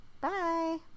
Bye